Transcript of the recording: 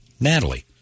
Natalie